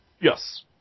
Yes